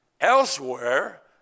elsewhere